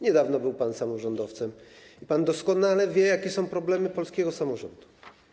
Niedawno był pan samorządowcem i pan doskonale wie, jakie są problemy polskiego samorządu.